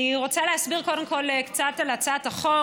אני רוצה להסביר קודם כול קצת על הצעת החוק.